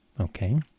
Okay